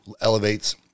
elevates